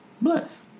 Bless